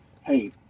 hey